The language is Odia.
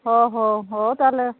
ହଁ ହଁ ହେଉ ତାହେଲେ